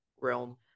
realm